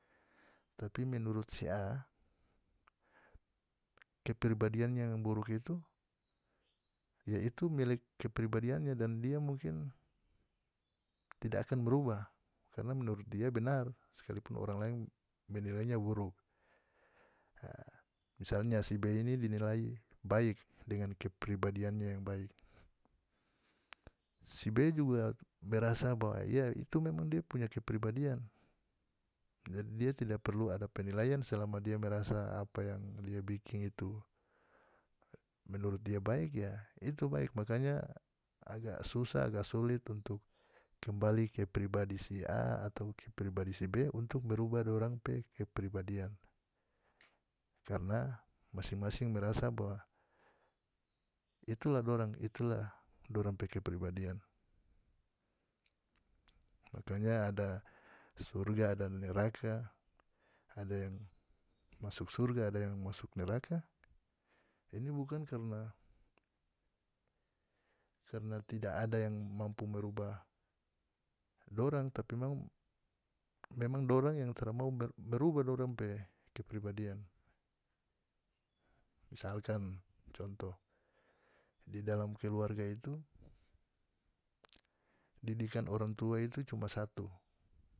Tapi menurut si a kepribadian yang buruk itu ya itu menurut kepribadiannya dan dia mungkin tidak akan merubah karna menurut dia benar sekalipun orang lain menilainya buruk e misalnya si b ini dinilai baik dengan kepribadiannya yang baik si b juga merasa bahwa ya itu memang dia punya kepribadian jadi dia tidak perlu ada penilaian selama dia merasa apa yang dia bikin itu menurut dia baik ya itu baik makanya aga susah aga sulit untuk kembali ke pribadi si a atau ke pribadi si b untuk merubah dorang pe kepribadian karna masing-masing merasa bahwa itulah dorang itulah dorang pe kepribadian makanya ada surga ada neraka ada yang masuk surga ada yang masuk neraka ini bukan karna karna tidak ada yang mampu merubah dorang tapi memang memang dorang yang taramau merubah dorang pe kepribadian misalkan contoh di dalam keluarga itu didikan orang tua itu cuma satu.